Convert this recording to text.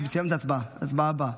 בהצבעה הבאה.